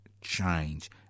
change